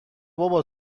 بابا